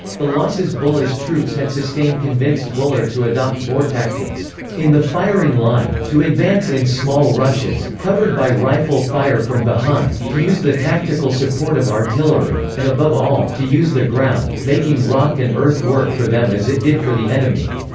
the losses buller's troops had sustained convinced buller to adopt boer tactics in the firing line to advance in small rushes, covered by rifle fire from behind to use the tactical support of artillery and above all, to use the ground, making rock and earth work for them as it did for the enemy.